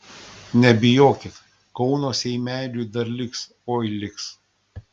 nebijokit kauno seimeliui dar liks oi liks